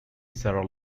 sara